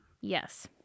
Yes